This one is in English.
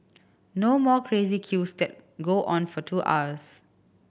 no more crazy queues that go on for two hours